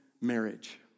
marriage